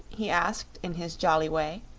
he asked in his jolly way,